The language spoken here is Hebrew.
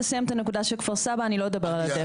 אני אשמח לסיים את הנקודה של כפר סבא אני לא אדבר על הדפו.